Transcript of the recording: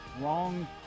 wrong